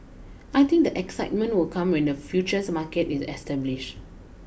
I think the excitement will come when the futures market is established